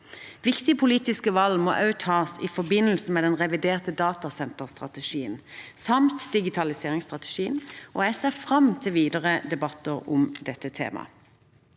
Viktige politiske valg må også tas i forbindelse med den reviderte datasenterstrategien samt digitaliseringsstrategien, og jeg ser fram til videre debatter om dette temaet.